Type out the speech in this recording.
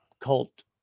cult